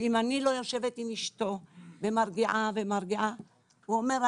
ואם אני לא יושבת עם אשתו ומרגיעה-ומרגיעה הוא אומר,